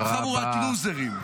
חבורת לוזרים.